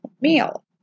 meal